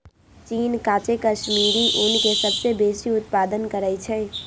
चीन काचे कश्मीरी ऊन के सबसे बेशी उत्पादन करइ छै